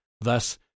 thus